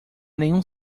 nenhum